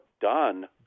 done